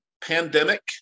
Pandemic